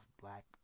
black